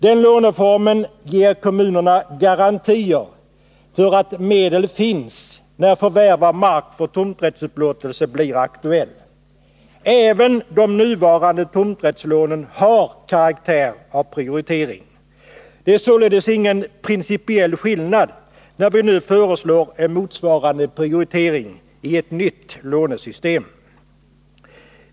Den låneformen ger kommunerna garantier för att medel finns när förvärv av mark för tomträttsupplåtelse blir aktuellt. Även de nuvarande tomträttslånen har karaktär av prioriterade lån. Det är således ingen principiell skillnad när vi nu föreslår en motsvarande prioritering i ett nytt lånesystem.